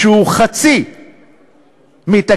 שהוא חצי מתקציב